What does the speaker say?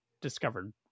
discovered